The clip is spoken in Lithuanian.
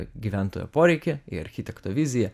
gyventojo poreikį į architekto viziją